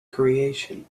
creation